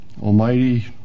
almighty